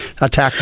attack